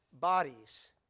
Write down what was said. bodies